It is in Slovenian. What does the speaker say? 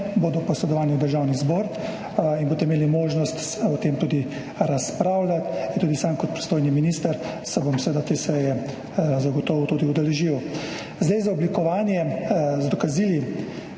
bodo posredovani v Državni zbor in boste imeli možnost o tem tudi razpravljati in tudi sam kot pristojni minister se bom seveda te seje zagotovo tudi udeležil. Za oblikovanje z dokazili